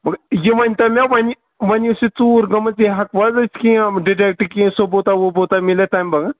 مگر یہِ ؤنۍ تَو مےٚ وَنہِ وۅنۍ یُس یہِ ژوٗر گٲمٕژ یہِ ہیٚکوا حظ کیم ڈِڈیٚکٹ کیٚنہہ ثوٚبوٗتا ووٚبوٗتا میلے تَمہِ بدلہٕ